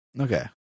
Okay